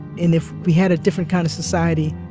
and if we had a different kind of society,